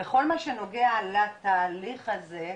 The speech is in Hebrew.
בכל מה שנוגע לתהליך הזה,